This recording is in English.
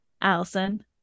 allison